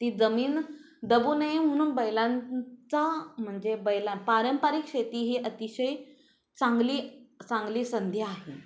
ती जमीन दबू नये म्हणून बैलांचा म्हणजे बैला पारंपरिक शेती ही अतिशय चांगली चांगली संधी आहे